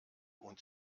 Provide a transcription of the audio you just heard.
und